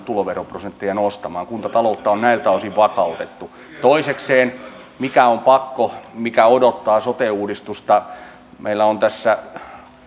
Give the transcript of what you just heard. tuloveroprosenttia nostamaan kuntataloutta on näiltä osin vakautettu toisekseen mikä on pakko mikä odottaa sote uudistusta meillä on tässä